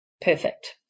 perfect